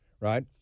right